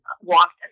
walked